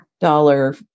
dollar